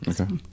Okay